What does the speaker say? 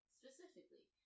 specifically